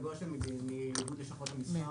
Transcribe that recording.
מאיגוד לשכות המסחר.